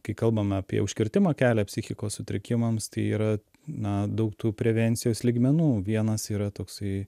kai kalbame apie užkirtimą kelią psichikos sutrikimams tai yra na daug tų prevencijos lygmenų vienas yra toksai